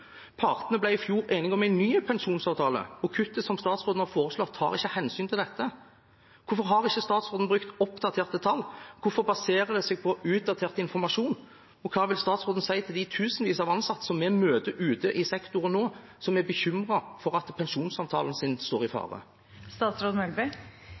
Partene ble i fjor enige om en ny pensjonsavtale, og kuttet statsråden har foreslått, tar ikke hensyn til dette. Hvorfor har ikke statsråden brukt oppdaterte tall? Hvorfor baserer hun seg på utdatert informasjon? Og hva vil statsråden si til de tusenvis av ansatte som vi møter ute i sektoren nå, som er bekymret for at pensjonsavtalen står i